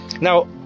now